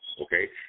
Okay